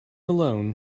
alone